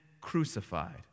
crucified